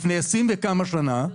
לפני 20 וכמה שנה --- יותר.